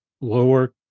lower